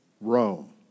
Rome